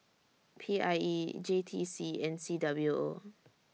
P I E J T C and C W O